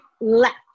left